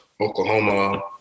Oklahoma –